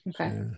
Okay